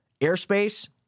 airspace